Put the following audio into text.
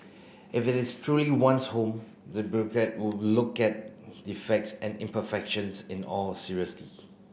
if it is truly one's home the would look at defects and imperfections in all seriously